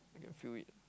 I can feel it